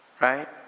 Right